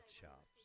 shops